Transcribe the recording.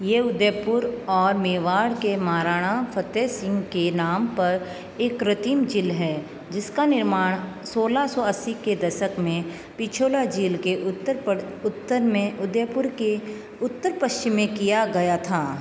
यह उदयपुर और मेवाड़ के महाराणा फ़तेह सिंह के नाम पर एक कृत्रिम झिल है जिसका निर्माण सोलह सौ अस्सी के दशक में पिछोला झील के उत्तर प्र उत्तर में उदयपुर के उत्तर पश्चिम में किया गया था